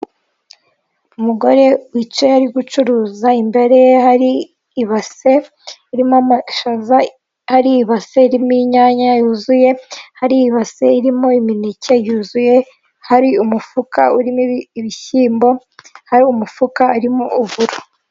umugore wicaye ari gucuruza imbere ye hari ibase, irimo amashaza, hari ibase irimo inyanya yuzuye, hari ibase irimo imineke yuzuye, hari umufuka urimo ibishyimbo, hari umufuka urimo uburo.